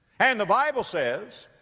and the bible says,